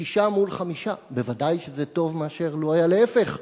שישה מול חמישה, ודאי שזה טוב מאשר לו היה להיפך,